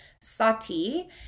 Sati